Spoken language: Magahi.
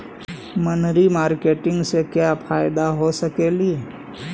मनरी मारकेटिग से क्या फायदा हो सकेली?